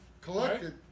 Collected